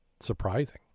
surprising